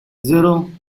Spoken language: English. zero